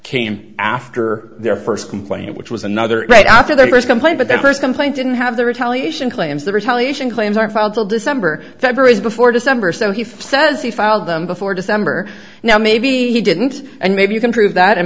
came after their first complaint which was another right after the first complaint but the first complaint didn't have the retaliation claims the retaliation claims are filed the december february's before december so he says he filed them before december now maybe he didn't and maybe you can prove that and